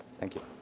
thank you.